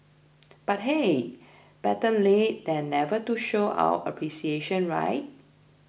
but hey better late than never to show our appreciation right